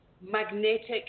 magnetic